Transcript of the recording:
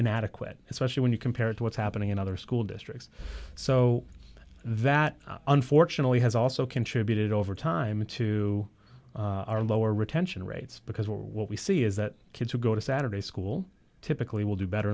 inadequate especially when you compare it to what's happening in other school districts so that unfortunately has also contributed over time to our lower retention rates because what we see is that kids who go to saturday school typically will do better